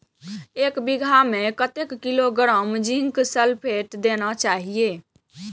एक बिघा में कतेक किलोग्राम जिंक सल्फेट देना चाही?